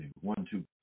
one-two